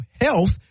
health